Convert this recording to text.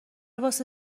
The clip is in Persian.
واسه